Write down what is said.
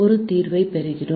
ஒரு தீர்வைப் பெறுகிறோம்